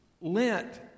Lent